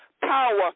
power